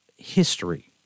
history